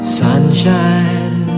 sunshine